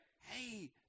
hey